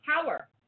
power